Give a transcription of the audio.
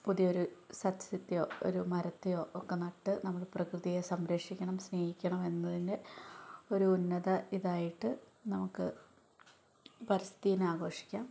പുതിയൊരു സസ്യത്തെയോ ഒരു മരത്തെയോ ഒക്കെ നട്ട് നമ്മുടെ പ്രകൃതിയെ സംരക്ഷിക്കണം സ്നേഹിക്കണമെന്നതിൻ്റെ ഒരു ഉന്നത ഇതായിട്ട് നമുക്ക് പരിസ്ഥിതി ദിനം ആഘോഷിക്കാം